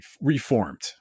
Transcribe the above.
reformed